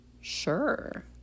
sure